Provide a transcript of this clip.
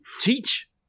teach